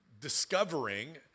discovering